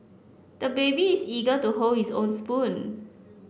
the baby is eager to hold his own spoon